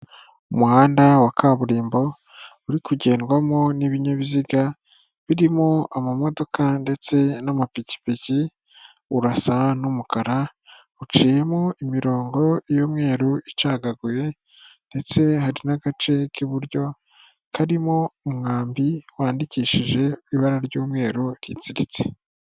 Umuhanda wa kaburimbo, uri kugendwamo n'ibinyabiziga birimo amamodoka ndetse n'amapikipiki, urasa n'umukara, uciyemo imirongo y'umweru icagaguye ndetse hari n'agace k'iburyo karimo umwambi wandikishije ibara ry'umweru ritsiritse.